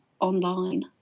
online